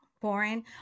Boring